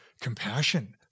compassion